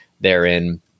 therein